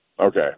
Okay